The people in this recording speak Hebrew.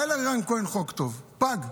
היה לרן כהן חוק טוב, פג.